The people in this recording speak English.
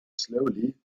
slowly